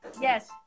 Yes